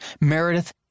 Meredith